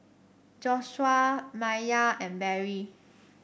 Joshuah Maiya and Barrie